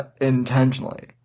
intentionally